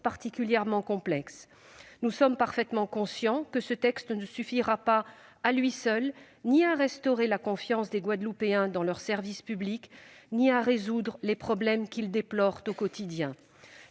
particulièrement complexe. Nous sommes parfaitement conscients qu'il ne suffira pas, à lui seul, ni à restaurer la confiance des Guadeloupéens dans leurs services publics ni à résoudre les problèmes qu'ils déplorent au quotidien.